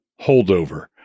holdover